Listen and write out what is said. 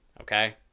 okay